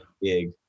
big